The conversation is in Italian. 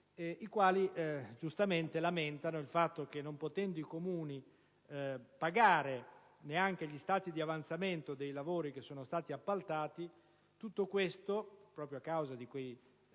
i quali giustamente lamentano il fatto che, non potendo i Comuni pagare neanche gli stati di avanzamento dei lavori appaltati, tutto questo, proprio a causa di quei